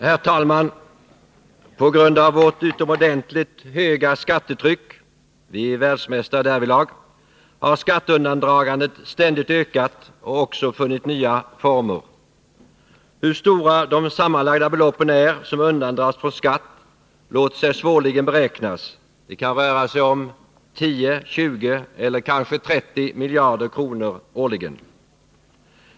Herr talman! På grund av vårt utomordentligt höga skattetryck — vi är världsmästare därvidlag = har skatteundandragandet ständigt ökat och också funnit nya former. Hur stora de sammanlagda beloppen är som undandras från skatt låter sig svårligen beräknas — det kan röra sig om 10, 20 eller kanske 30 miljarder kronor årligen.